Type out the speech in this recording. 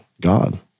God